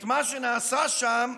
את מה שנעשה שם,